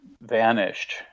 vanished